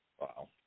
Wow